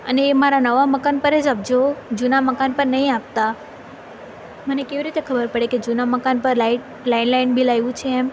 અને એ મારા નવા મકાન પર જ આપજો જૂના મકાન પર નહીં આપતા મને કેવી રીતે ખબર પડે કે જૂન મકાન પર લાઇટ લેન્ડલાઇન બિલ આવ્યું છે એમ